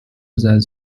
that